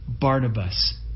Barnabas